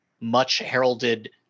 much-heralded